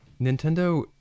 Nintendo